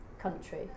country